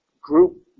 group